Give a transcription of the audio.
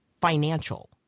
financial